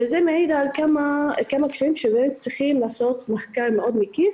וזה מעיד על כמה קשיים שבאמת צריכים לעשות מחקר מאוד מקיף